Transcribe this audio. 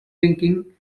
linking